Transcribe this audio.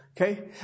Okay